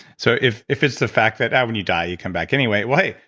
so, if if it's the fact that and when you die you come back anyway, well hey,